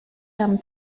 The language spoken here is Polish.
tam